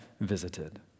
visited